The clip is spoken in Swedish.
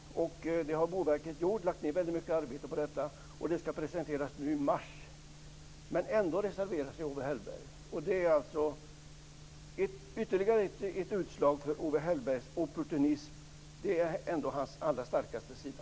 Det har Boverket gjort. Man har lagt ned väldigt mycket arbete på detta. Detta skall presenteras i mars. Men ändå reserverar sig Owe Hellberg. Det är ytterligare ett utslag för Owe Hellbergs opportunism. Det är ändå hans allra starkaste sida.